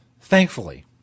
thankfully